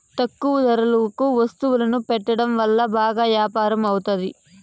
తక్కువ ధరలకు వత్తువులను పెట్టడం వల్ల బాగా యాపారం అవుతాది